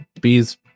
Bees